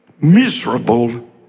miserable